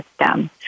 system